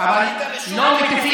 הם נציגי